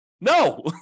No